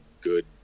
good